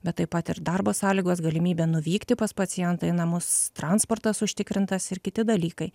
bet taip pat ir darbo sąlygos galimybė nuvykti pas pacientą į namus transportas užtikrintas ir kiti dalykai